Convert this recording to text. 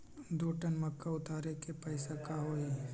दो टन मक्का उतारे के पैसा का होई?